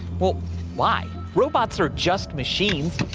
well why? robots are just machines,